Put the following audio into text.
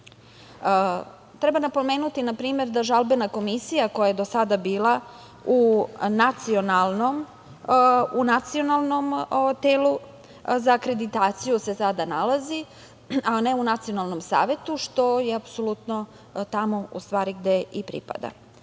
napomenuti npr. da žalbena komisija koja je do sada bila u Nacionalnom telu za akreditaciju se sada nalazi, a ne u Nacionalnom savetu, što je apsolutno tamo gde i pripada. Nacrt